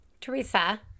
Teresa